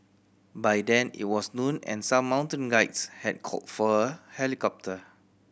by then it was noon and some mountain guides had called for a helicopter